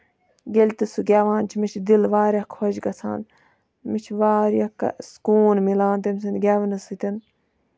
ییٚلہِ تہِ سُہ گیوان چھُ مےٚ چھُ دِل واریاہ خۄش گژھان مےٚ چھُ واریاہ سکوٗن مِلان تٔمۍ سٕندۍ گیونہٕ سۭتۍ